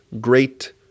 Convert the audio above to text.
great